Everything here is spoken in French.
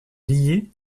lié